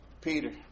Peter